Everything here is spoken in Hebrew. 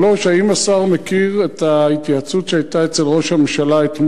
3. האם השר מכיר את ההתייעצות שהיתה אתמול או